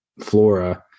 flora